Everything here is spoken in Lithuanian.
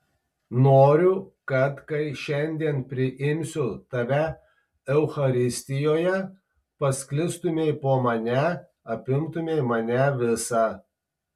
noriu kad kai šiandien priimsiu tave eucharistijoje pasklistumei po mane apimtumei mane visą